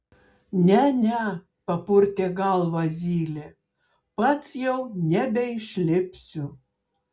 ne ne papurtė galvą zylė pats jau nebeišlipsiu